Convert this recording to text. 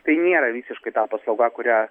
tai nėra visiškai ta paslauga kurią